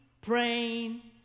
praying